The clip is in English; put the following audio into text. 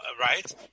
right